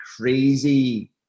crazy